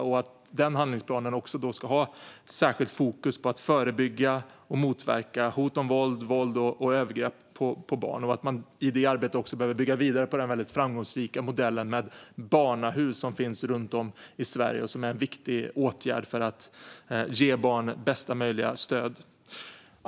En sådan handlingsplan ska ha särskilt fokus på att förebygga och motverka hot om våld, våld och övergrepp på barn, och i det arbetet behöver man bygga vidare på den väldigt framgångsrika modellen med barnahus som finns runt om i Sverige och som är en viktig åtgärd för att ge barnet bästa möjliga stöd.